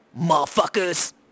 motherfuckers